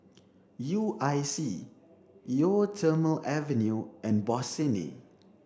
U I C Eau Thermale Avene and Bossini